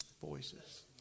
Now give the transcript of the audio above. Voices